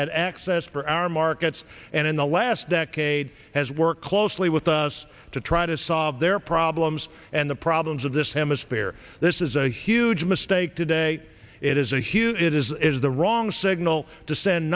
had access for our markets and in the last decade has worked closely with us to try to solve their problems and the problems of this hemisphere this is a huge mistake today it is a huge it is the wrong signal to send